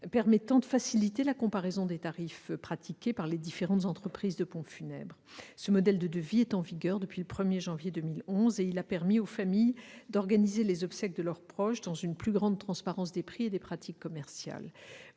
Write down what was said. permettant de faciliter la comparaison des tarifs pratiqués par les différentes entreprises de pompes funèbres. Ce modèle de devis est en vigueur depuis le 1 janvier 2011 et il a permis aux familles d'organiser les obsèques de leurs proches dans une plus grande transparence des prix et des pratiques commerciales.